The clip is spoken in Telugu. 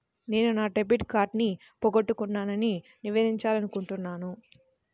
నేను నా డెబిట్ కార్డ్ని పోగొట్టుకున్నాని నివేదించాలనుకుంటున్నాను